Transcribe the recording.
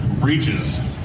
breaches